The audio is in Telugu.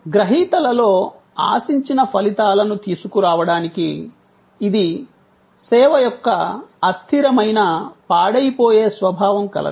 గ్రహీతలలో ఆశించిన ఫలితాలను తీసుకురావడానికి ఇది సేవ యొక్క అస్థిరమైన పాడైపోయే స్వభావం కలవి